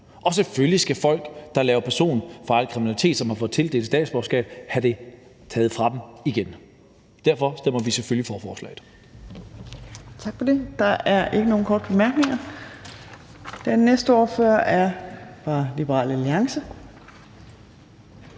Selvfølgelig skal folk, der laver personfarlig kriminalitet, og som har fået tildelt et statsborgerskab, have det frataget igen. Derfor stemmer vi selvfølgelig for forslaget.